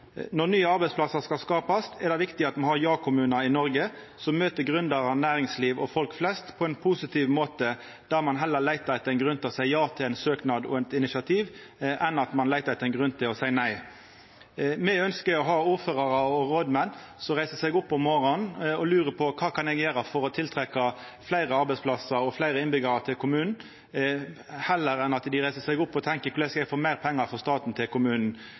Når nye arbeidsplassar skal skapast, er det viktig at me har ja-kommunar i Noreg, som møter gründerar, næringsliv og folk flest på ein positiv måte, der ein heller leitar etter ein grunn til å seia ja enn til å seia nei til ein søknad eller eit initiativ. Me ønskjer heller å ha ordførarar og rådmenn som står opp om morgonen og lurer på kva dei kan gjera for å få fleire arbeidsplassar og fleire innbyggjarar til kommunen, enn å ha ordførarar og rådmenn som står opp og tenkjer på korleis dei skal få meir pengar frå staten til kommunen.